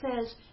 says